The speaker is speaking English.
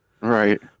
right